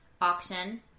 Auction